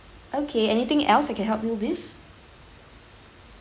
okay anything else I can help you with